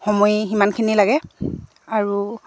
সময় সিমানখিনি লাগে আৰু